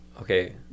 Okay